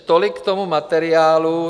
Tolik k tomu materiálu.